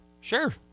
sure